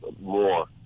more